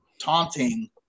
taunting